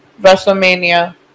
WrestleMania